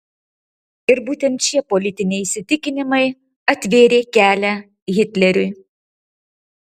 ir būtent šie politiniai įsitikinimai atvėrė kelią hitleriui